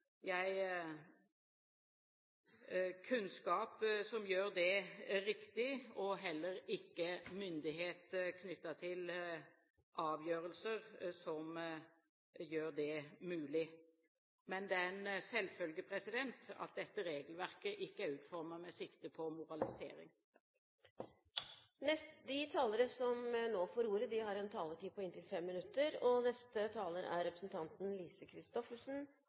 jeg kunnskap som gjør det riktig, og heller ikke myndighet knyttet til avgjørelser som gjør det mulig. Men det er en selvfølge at dette regelverket ikke er utformet med sikte på moralisering. Denne interpellasjonen er egentlig to debatter i én. Den handler for det første om familieinnvandring, en